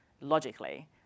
logically